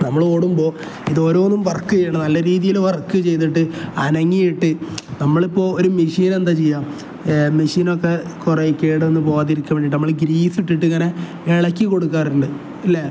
നമ്മൾ ഓടുമ്പോൾ ഇത് ഓരോന്നും വർക്ക് ചെയ്യണം നല്ല രീതിയിൽ വർക്ക് ചെയ്തിട്ട് അനങ്ങിയിട്ട് നമ്മൾ ഇപ്പോൾ ഒരു മെഷീൻ എന്താ ചെയ്യാം മെഷീനൊക്കെ കുറേ കേടൊന്ന് പോകാതിരിക്കാൻ വേണ്ടിയിട്ട് നമ്മൾ ഗ്രീസ് ഇട്ടിട്ട് ഇങ്ങനെ ഇളക്കി കൊടുക്കാറുണ്ട് ഇല്ലേ